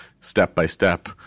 step-by-step